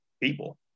people